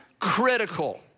critical